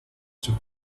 took